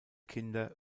kinder